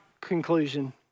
conclusion